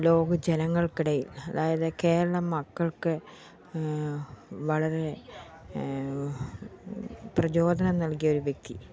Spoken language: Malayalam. ലോക ജനങ്ങൾക്കിടയിൽ അതായത് കേരളം മക്കൾക്ക് വളരെ പ്രചോദനം നൽകിയൊരു വ്യക്തി